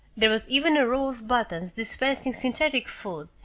there was even a row of buttons dispensing synthetic foods,